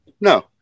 No